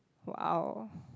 !wow!